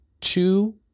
two